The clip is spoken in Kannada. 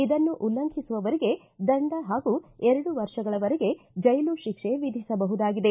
ಇದನ್ನು ಉಲ್ಲಂಘಿಸುವವರಿಗೆ ದಂಡ ಹಾಗೂ ಎರಡುವ ವರ್ಷಗಳವರೆಗೆ ಚೈಲು ಶಿಕ್ಷೆ ವಿಧಿಸಬಹುದಾಗಿದೆ